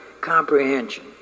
comprehension